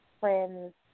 friends